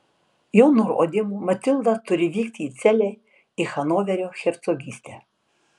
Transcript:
jo nurodymu matilda turi vykti į celę į hanoverio hercogystę